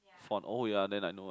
one oh ya then I know why